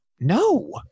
no